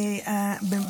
עכשיו,